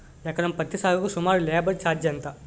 ఎకరం పత్తి సాగుకు సుమారు లేబర్ ఛార్జ్ ఎంత?